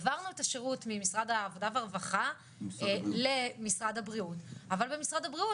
העברנו את השירות ממשרד העבודה והרווחה למשרד הבריאות אבל במשרד הבריאות